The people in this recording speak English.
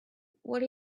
what